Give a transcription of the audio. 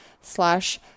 slash